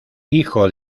hijo